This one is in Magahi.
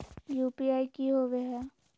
यू.पी.आई की होवे हय?